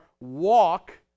walk